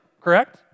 correct